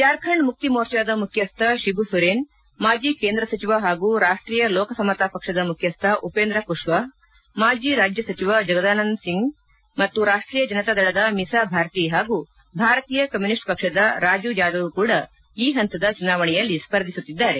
ಜಾರ್ಖಂಡ್ ಮುಕ್ತಿ ಮೋರ್ಚಾದ ಮುಖ್ಯಸ್ಥ ತಿಬು ಸೊರೆನ್ ಮಾಜಿ ಕೇಂದ್ರ ಸಚಿವ ಹಾಗೂ ರಾಷ್ಷೀಯ ಲೋಕ ಸಮತಾ ಪಕ್ಷದ ಮುಖ್ಯಸ್ವ ಉಪೇಂದ್ರ ಕುಶ್ವಾಪ್ ಮಾಜಿ ರಾಜ್ಯ ಸಚಿವ ಜಗದಾನಂದ್ ಸಿಂಗ್ ಮತ್ತು ರಾಷ್ಷೀಯ ಜನತಾ ದಳದ ಮಿಸಾ ಭಾರ್ತಿ ಹಾಗೂ ಭಾರತೀಯ ಕಮ್ಯೂನಿಸ್ಟ್ ಪಕ್ಷದ ರಾಜು ಯಾದವ್ ಕೂಡ ಈ ಪಂತದ ಚುನಾವಣೆಯಲ್ಲಿ ಸ್ಪರ್ಧಿಸುತ್ತಿದ್ದಾರೆ